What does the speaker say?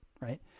right